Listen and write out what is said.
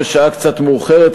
בשעה קצת מאוחרת,